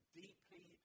deeply